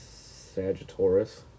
Sagittarius